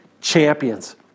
champions